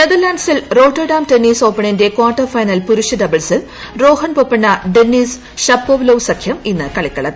നെതർലാൻസിൽ Rotterdam tennis ഓപ്പണിന്റെ quarter final പുരുഷ ഡബിൾസിൽ റോഹൺ ബൊപ്പണ്ണ ഡെന്നീസ് ഷപ്പൊവലോവ് സഖ്യം ഇന്ന് കളിക്കളത്തിൽ